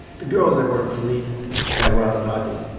the girls that worked for me that were out of pocket,